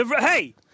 Hey